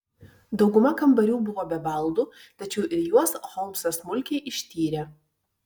dauguma kambarių buvo be baldų tačiau ir juos holmsas smulkiai ištyrė